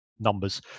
numbers